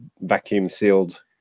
vacuum-sealed